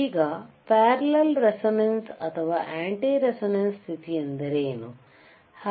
ಈಗ parallel resonance ಅಥವಾ anti resonance ಸ್ಥಿತಿ ಅಂದರೆ ಏನು